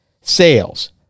sales